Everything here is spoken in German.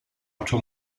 otto